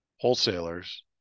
wholesalers